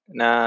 na